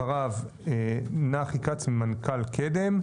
אחריו נחי כץ, מנכ"ל "קדם",